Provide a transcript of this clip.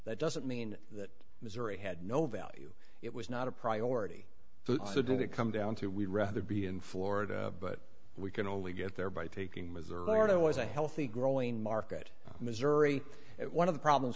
that doesn't mean that missouri had no value it was not a priority so did it come down to we'd rather be in florida but we can only get there by taking missouri there was a healthy growing market missouri at one of the problems